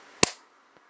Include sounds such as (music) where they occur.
(noise)